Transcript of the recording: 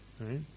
right